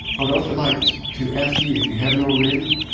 i would also like to ask you, if you haven't already,